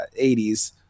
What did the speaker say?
80s